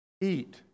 eat